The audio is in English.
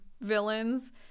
villains